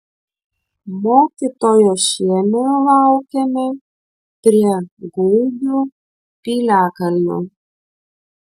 mokytojo šėmio laukėme prie gugių piliakalnio